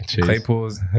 Claypool's